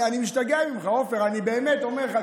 אני משתגע ממך, עופר, אני באמת אומר לך.